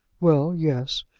well yes.